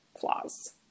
flaws